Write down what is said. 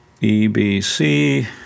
E-B-C